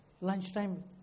lunchtime